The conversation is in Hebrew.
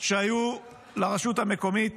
שהיו לרשות המקומית